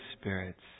spirits